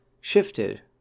shifted